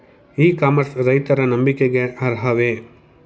E commerce ರೈತರ ನಂಬಿಕೆಗೆ ಅರ್ಹವೇ?